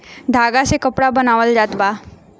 धागा से कपड़ा बनावल जात बा